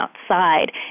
outside